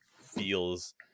feels